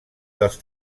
dels